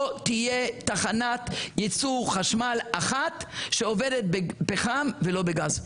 לא תהיה תחנת ייצור חשמל אחת שעובדת בפחם ולא בגז.